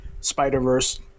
Spider-Verse